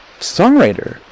songwriter